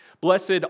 Blessed